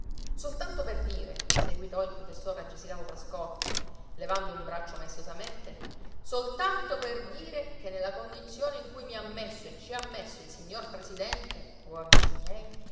soltanto per dire seguitò il professor agesilao pascotti levando un braccio maestosamente soltanto per dire che nella condizione in cui mi ha messo e ci ha messo il signor presidente o amici miei